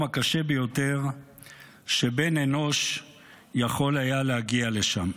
הקשה ביותר שבן אנוש יכול היה להגיע לשם.